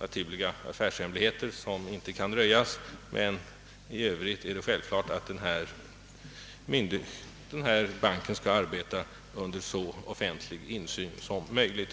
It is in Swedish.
naturliga affärshemligheter som inte kan röjas. Men i övrigt är det självklart att denna bank skall arbeta under så offentlig insyn som möjligt.